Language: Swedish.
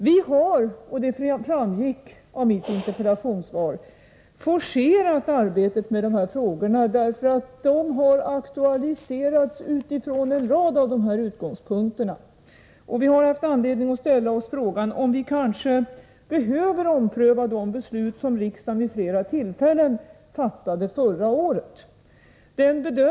Vi har, och det framgick av mitt interpellationssvar, forcerat arbetet med dessa frågor därför att de har aktualiserats utifrån en rad av dessa utgångspunkter. Vi har haft anledning att ställa oss frågan om vi kanske behöver ompröva de beslut som riksdagen vid flera tillfällen fattade förra året.